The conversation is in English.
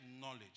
knowledge